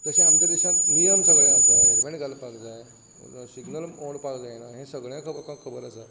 तशें आमचे देशांत नियम सगळे आसात हॅल्मेट घालपाक जाय सिग्नल मोडपाक जायना हें सगळें लोकांक खबर आसा